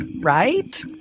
right